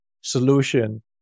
solution